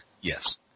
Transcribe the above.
Yes